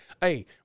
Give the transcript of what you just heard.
Hey